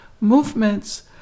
movements